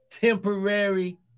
temporary